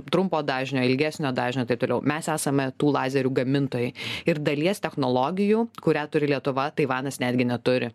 trumpo dažnio ilgesnio dažnio taip toliau mes esame tų lazerių gamintojai ir dalies technologijų kurią turi lietuva taivanas netgi neturi